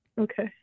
Okay